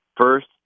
First